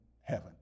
heaven